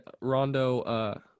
Rondo –